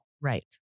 Right